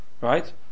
right